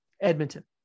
Edmonton